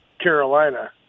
Carolina